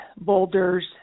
boulders